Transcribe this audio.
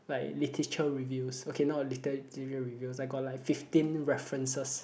like literature reviews okay not literature review I got like fifteen references